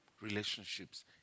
relationships